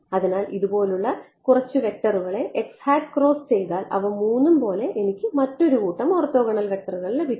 അതിനാൽ അതുപോലുള്ള കുറച്ചു വെക്ടറുകളെ x ഹാറ്റ് ക്രോസ് ചെയ്താൽ അവ മൂന്നും പോലെ എനിക്ക് മറ്റൊരു കൂട്ടം ഓർത്തോഗണൽ വെക്റ്ററുകൾ ലഭിക്കും